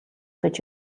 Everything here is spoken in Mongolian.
гэж